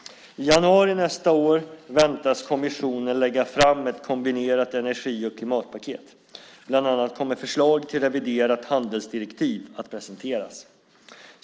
I januari nästa år väntas kommissionen lägga fram ett kombinerat energi och klimatpaket. Bland annat kommer förslag till reviderat handelsdirektiv att presenteras.